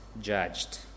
judged